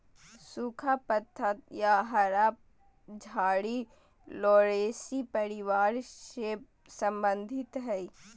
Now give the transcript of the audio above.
सुखा पत्ता या हरा झाड़ी लॉरेशी परिवार से संबंधित हइ